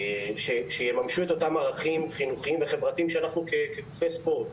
שיממשו את אותם ערכים חינוכיים שגופי הספורט